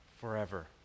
forever